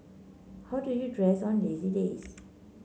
how do you dress on lazy days